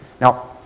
Now